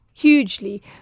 hugely